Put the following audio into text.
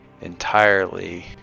entirely